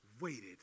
waited